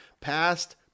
past